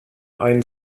ein